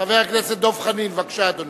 חבר הכנסת דב חנין, בבקשה, אדוני.